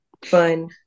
Fun